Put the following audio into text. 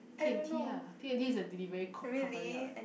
t_n_t lah t_n_t is the delivery co~ company what